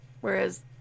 Whereas